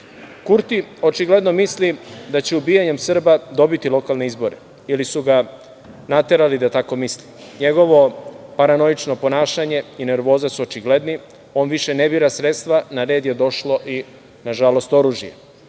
očigledno misli da će ubijanjem Srba dobiti lokalne izbore ili su ga naterali da tako misli. Njegovo paranoično ponašanje i nervoza su očigledni, on više ne bira sredstva, na red je došlo, na žalost, oružje.